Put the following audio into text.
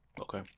okay